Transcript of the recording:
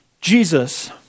Jesus